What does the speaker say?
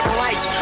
right